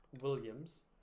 Williams